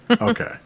Okay